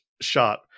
shot